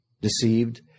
deceived